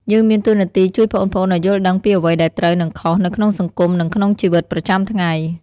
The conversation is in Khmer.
យើងមានតួនាទីជួយប្អូនៗឲ្យយល់ដឹងពីអ្វីដែលត្រូវ និងខុស នៅក្នុងសង្គម និងក្នុងជីវិតប្រចាំថ្ងៃ។